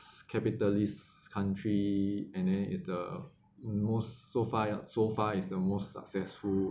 capitalist country and then is the you know so far ya so far is the most successful